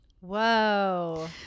Whoa